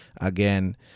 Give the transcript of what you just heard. again